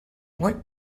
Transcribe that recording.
what